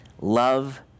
love